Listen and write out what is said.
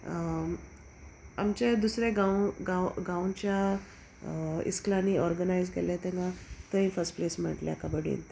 आमचे दुसरे गांव गांव गांवच्या इस्कुलांनी ऑर्गनायज केल्ले तेन्ना थंय फर्स्ट प्लेस म्हटल्या कबड्डींत